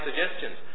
suggestions